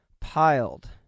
piled